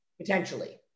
Potentially